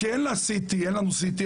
כי אין לה CT. אין לנו CT,